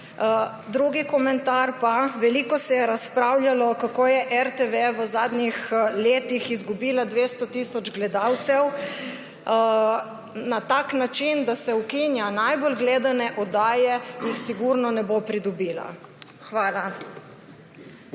Drugi komentar pa, veliko se je razpravljalo, kako je RTV v zadnjih letih izgubila 200 tisoč gledalcev. Na tak način, da se ukinja najbolj gledane oddaje, jih sigurno ne bo pridobila. Hvala.